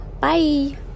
Bye